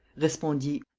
respondit,